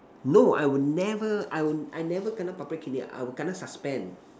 no I will never I will I never kena public caning I will kena suspend